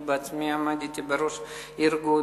אני בעצמי עמדתי בראש ארגון,